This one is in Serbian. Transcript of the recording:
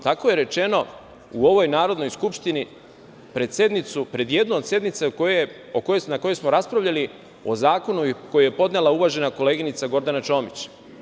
Tako je rečeno u ovoj Narodnoj skupštinu pred jednu od sednica na kojoj smo raspravljali o zakonu koji je podnela uvažena koleginica Gordana Čomić.